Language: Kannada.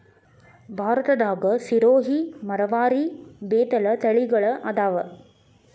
ಭಾರತದಾಗ ಸಿರೋಹಿ, ಮರವಾರಿ, ಬೇತಲ ತಳಿಗಳ ಅದಾವ